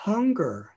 Hunger